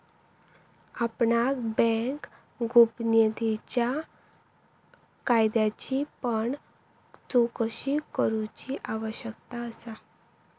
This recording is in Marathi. आपणाक बँक गोपनीयतेच्या कायद्याची पण चोकशी करूची आवश्यकता असा